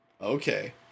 Okay